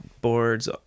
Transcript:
boards